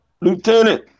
Lieutenant